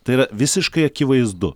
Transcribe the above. tai yra visiškai akivaizdu